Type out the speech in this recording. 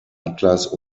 atlas